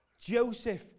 Joseph